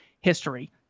history